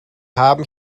haben